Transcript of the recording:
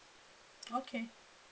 okay